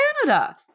Canada